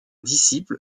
disciple